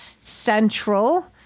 Central